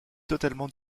totalement